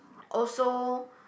also